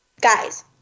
Guys